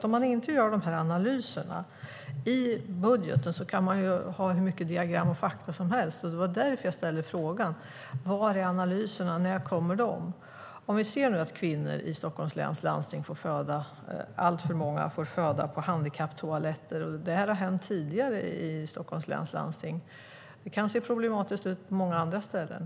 Om man inte gör dessa analyser i budgeten kan man ha hur mycket diagram och fakta som helst. Det var därför som jag ställde frågan: Var är analyserna? När kommer de? Vi ser att alltför många kvinnor i Stockholms läns landsting får föda på handikapptoaletter. Och detta har hänt tidigare i Stockholms läns landsting. Det kan se problematiskt ut även på många andra ställen.